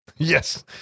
Yes